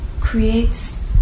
creates